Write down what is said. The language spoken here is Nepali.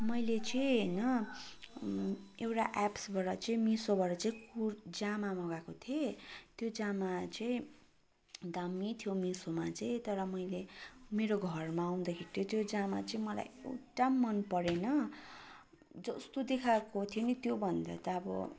मैले चाहिँ होइन एउटा एप्सबाट चाहिँ मिसोबाट चाहिँ कुर जामा मगाएको थिएँ त्यो जामा चाहिँ दामी थियो मिसोमा चाहिँ तर मैले मेरो घरमा आउदाखेरि चाहिँ त्यो जामा चाहिँ मलाई एउटा पनि मन परेन जस्तो देखाएको थियो नि त्योभन्दा त अब